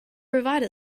provide